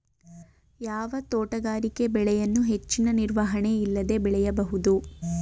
ಯಾವ ತೋಟಗಾರಿಕೆ ಬೆಳೆಯನ್ನು ಹೆಚ್ಚಿನ ನಿರ್ವಹಣೆ ಇಲ್ಲದೆ ಬೆಳೆಯಬಹುದು?